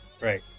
Great